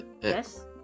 Yes